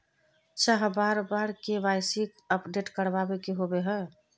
चाँह बार बार के.वाई.सी अपडेट करावे के होबे है?